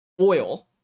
Oil